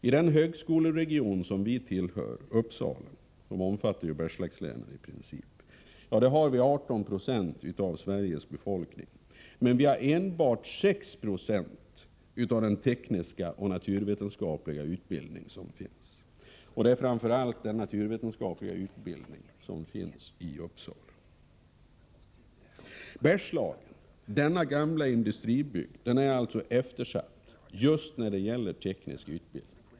I den högskoleregion som vi tillhör — Uppsala, som ju i princip omfattar Bergslagen — bor ungefär 18 960 av Sveriges befolkning. Men vi har bara 6 70 av den tekniska och naturvetenskapliga utbildning som finns; det är då framför allt naturvetenskaplig utbildning som finns i Uppsala. Bergslagen, denna gamla industribygd, är alltså eftersatt just när det gäller teknisk utbildning.